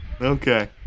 Okay